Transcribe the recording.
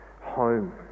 home